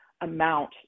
amount